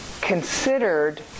considered